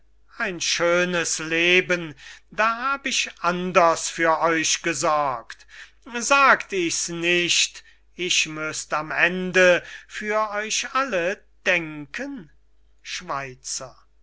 ein schönes leben da hab ich anders für euch gesorgt sagt ichs nicht ich müßt am ende für euch alle denken schweizer